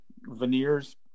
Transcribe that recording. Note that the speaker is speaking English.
veneers